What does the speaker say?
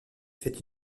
fait